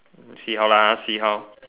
see how lah see how